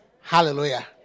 Hallelujah